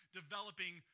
developing